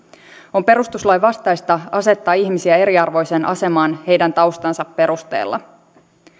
on perustuslain vastaista asettaa ihmisiä eriarvoiseen asemaan heidän taustansa perusteella